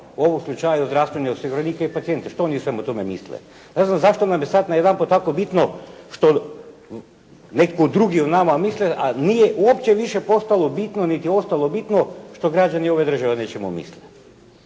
u ovom slučaju zdravstvene osiguranike i pacijente što oni o svemu tome misle. Ne znam zašto nam je sad najedanput tako bitno što netko drugi o nama misli, a nije uopće više postalo bitno niti ostalo bitno što građani ove države o nečemu misle.